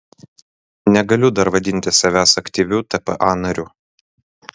negaliu dar vadinti savęs aktyviu tpa nariu